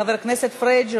חבר הכנסת פריג',